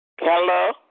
Hello